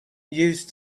used